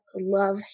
love